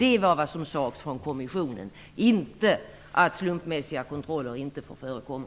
Det är vad som sades från kommissionen, inte att slumpmässiga kontroller inte får förekomma.